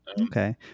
Okay